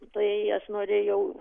tai aš norėjau